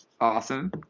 awesome